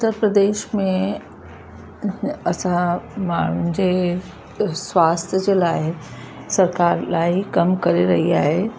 उत्तर प्रदेश में असां माण्हुनि जे स्वास्थ्य जे लाइ सरकार इलाही कम करे रही आहे